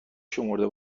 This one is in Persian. شمرده